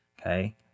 Okay